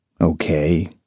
Okay